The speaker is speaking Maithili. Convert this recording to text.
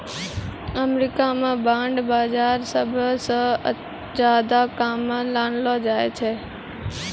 अमरीका म बांड बाजार सबसअ ज्यादा काम म लानलो जाय छै